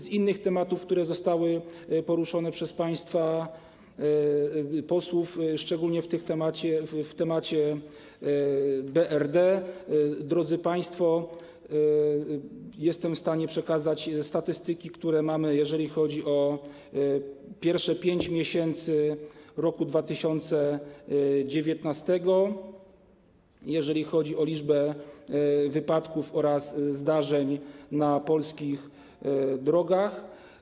Z innych tematów, które zostały poruszone przez państwa posłów, szczególnie w zakresie BRD - drodzy państwo, jestem w stanie przekazać statystyki, które mamy, jeżeli chodzi o pierwsze 5 miesięcy roku 2019, dotyczące liczby wypadków oraz zdarzeń na polskich drogach.